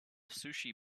sushi